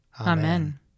Amen